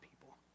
people